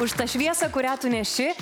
už tą šviesą kurią tu neši